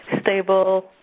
stable